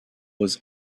was